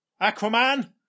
Aquaman